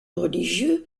religieux